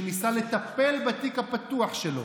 שניסה לטפל בתיק הפתוח שלו,